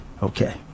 Okay